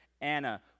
Anna